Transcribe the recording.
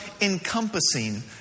encompassing